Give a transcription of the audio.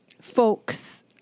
folks